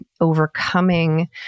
overcoming